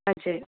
हजुर